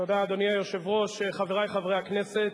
אדוני היושב-ראש, תודה, חברי חברי הכנסת,